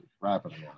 rapidly